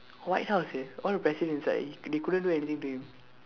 white house eh all the president inside they couldn't do anything to him